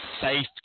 safe